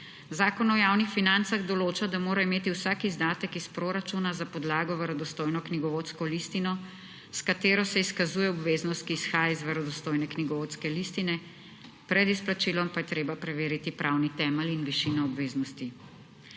Zakon o javnih financah določa, da mora imeti vsak izdatek iz proračuna za podlago verodostojno knjigovodsko listino, s katero se izkazuje obveznost, ki izhaja iz verodostojne knjigovodske listine, pred izplačilom pa je treba preveriti pravni temelj in višino obveznosti.